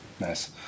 Nice